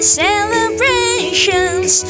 celebrations